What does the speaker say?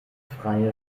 freie